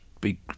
big